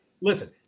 listen